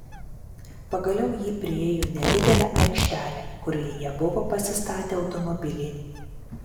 pagaliau ji priėjo nedidelę aikštelę kurioje jie buvo pasistatę automobilį